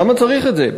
למה צריך את זה?